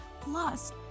Plus